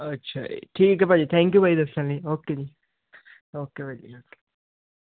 ਅੱਛਾ ਜੀ ਠੀਕ ਭਾਅ ਜੀ ਥੈਂਕਯੂ ਭਾਅ ਜੀ ਦੱਸਣ ਲਈ ਓਕੇ ਜੀ ਓਕੇ ਭਾਅ ਜੀ ਓਕੇ